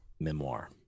Memoir